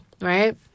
right